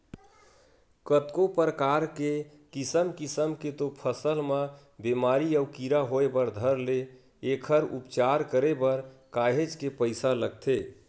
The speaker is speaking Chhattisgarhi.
कतको परकार के किसम किसम के तो फसल म बेमारी अउ कीरा होय बर धर ले एखर उपचार करे बर काहेच के पइसा लगथे